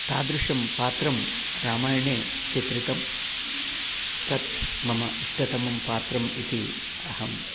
तादृशं पात्रं रामयणे चित्रितं तत् मम इष्टतमं पात्रम् इति अहम्